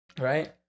right